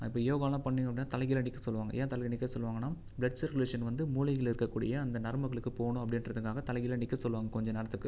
இப்போ யோகாலாம் பண்ணிங்க அப்படின்னா தலைகீழாக நிற்க சொல்லுவாங்க ஏன் தலைகீழாக நிற்க சொல்லுவாங்கன்னா பிளட் சர்குலேஷன் வந்து மூளையில இருக்கக்கூடிய அந்த நரம்புகளுக்கு போகனும் அப்படின்றதுனால தலைகீழாக நிற்க சொல்லுவாங்க கொஞ்சம் நேரத்துக்கு